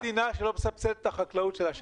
רם בן ברק (יש עתיד תל"ם): אין מדינה שלא מסבסדת את החקלאות שלה,